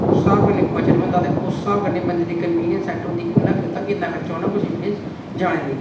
उस स्हाब कन्नै बजट बनदा ते उस स्हाब कन्नै कंवीऐंस बनदी ते किन्ना खर्चा औंदा जाने दा